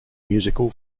musical